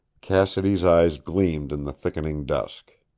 cassidy's eyes gleamed in the thickening dusk.